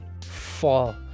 fall